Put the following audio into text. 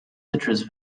citrus